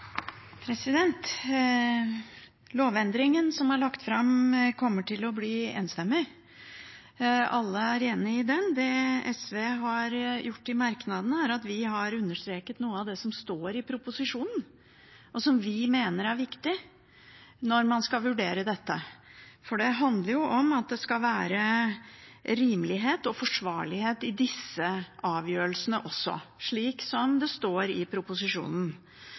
lagt fram, kommer til å bli enstemmig vedtatt. Alle er enig i den. Det SV har gjort i merknadene, er å understreke noe av det som står i proposisjonen, og som vi mener er viktig når man skal vurdere dette. For det handler om at det skal være rimelighet og forsvarlighet i disse avgjørelsene også, slik som det står i proposisjonen.